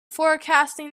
forecasting